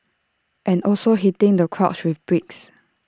and also hitting the crotch with bricks